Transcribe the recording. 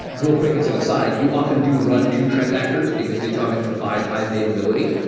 real quick, as an aside, you often do run two transactors, because datomic provides high-availability.